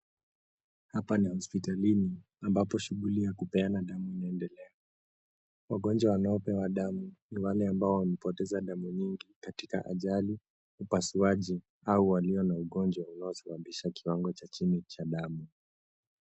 Hapa ni hospitalini ambapo shughuli ya kupeana damu inaendelea. Wagonjwa wanaopewa damu ni wale ambao wamepoteza damu nyingi katika ajali, upasuaji au walio na ugonjwa unaosababisha kiwango cha chini cha damu.